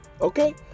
Okay